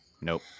Nope